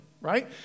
right